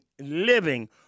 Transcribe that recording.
living